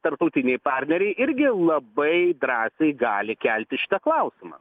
tarptautiniai partneriai irgi labai drąsiai gali kelti šitą klausimą